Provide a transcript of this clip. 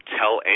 tell